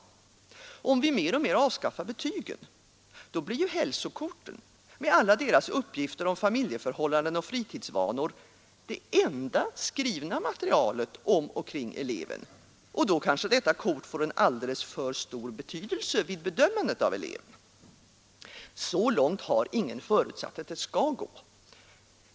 Han skrev: ”Om vi mer och mer avskaffar betygen, då blir ju hälsokorten med alla deras "uppgifter om familjeförhållanden och fritidsvanor det enda skrivna materialet om och kring eleven, och då kanske detta kort får alldeles för stor betydelse vid bedömandet av eleven.” Så långt har ju ingen förutsatt att det skall gå.